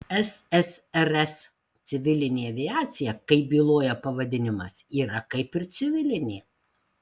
ssrs civilinė aviacija kaip byloja pavadinimas yra kaip ir civilinė